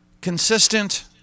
consistent